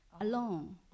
alone